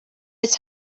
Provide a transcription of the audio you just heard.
its